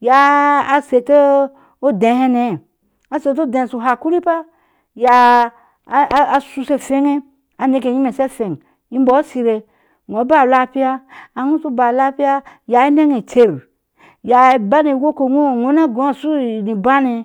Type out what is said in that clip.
Ya asheto a dehane asetu adee ashu hakonifa ya ashu she fengeŋ aneke enyime she fen imbɔɔ ashiire iwɔɔ lafia, ai inyo shu baa lahfia ya anaŋ a cessocer, ya ibaŋa wɔkewo wo na go a sho i bin eh